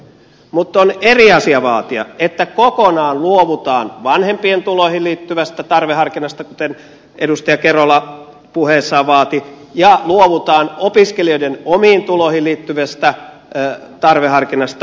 mutta on eri asia vaatia että kokonaan luovutaan vanhempien tuloihin liittyvästä tarveharkinnasta kuten edustaja kerola puheessaan vaati ja luovutaan opiskelijoiden omiin tuloihin liittyvästä tarveharkinnasta